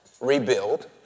rebuild